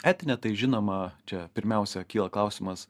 etinę tai žinoma čia pirmiausia kyla klausimas